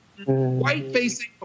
White-facing